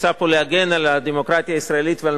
ניסה פה להגן על הדמוקרטיה הישראלית ועל